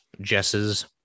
Jess's